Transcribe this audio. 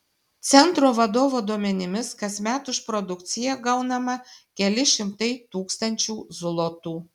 centro vadovo duomenimis kasmet už produkciją gaunama keli šimtai tūkstančių zlotų